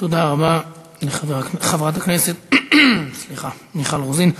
תודה רבה לחברת הכנסת מיכל רוזין.